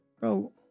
Bro